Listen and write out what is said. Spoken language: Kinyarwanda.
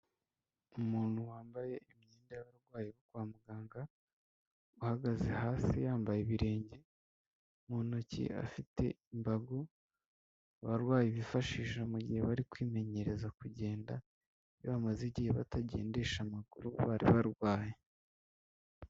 Umuntu wambaye imyenda y'abarwayi kwa muganga uhagaze hasi yambaye ibirenge, mu ntoki afite imbago abarwayi bifashisha mu gihe bari kwimenyereza kugenda, iyo bamaze igihe batagendesha amaguru bari barwaye.